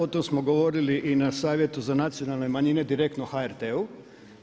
O tom smo govorili i na Savjetu za nacionalne manjine direktno HRT-u.